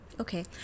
Okay